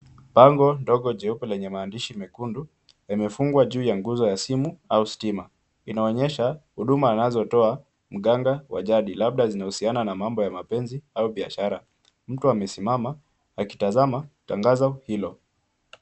Bango ndogo jeupe lenye maandishi mekundu yamefungwa juu ya guzo ya simu au stima. Inaonyesha huduma anazotoa mganga wa jadi labda zinahusiana na mambo ya mapenzi au biashara. Mtu amesimama akitazama tangazo hilo.